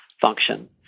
function